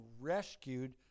rescued